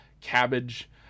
cabbage